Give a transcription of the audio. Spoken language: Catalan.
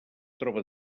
troba